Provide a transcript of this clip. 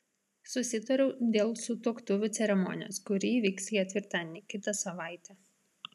susitariau dėl sutuoktuvių ceremonijos kuri įvyks ketvirtadienį kitą savaitę